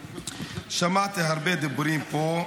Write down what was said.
שמעתי הרבה דיבורים פה.